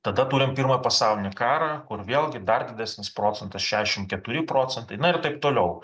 tada turim pirmąjį pasaulinį karą kur vėlgi dar didesnis procentas šešiasdešim keturi procentai na ir taip toliau